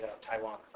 Taiwan